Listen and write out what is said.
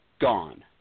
Gone